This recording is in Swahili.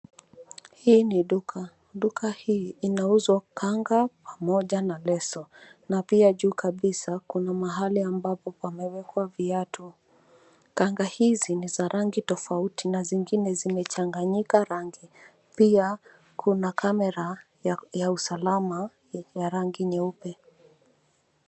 Hii ni duka. Duka hii inauzwa kanga pamoja na leso na pia juu kabisa kuna mahali ambapo pamewekwa viatu. Kanga hizi ni za rangi tofauti na zingine zimechanganyika rangi. Pia kuna kamera ya usalama ya rangi nyeupe.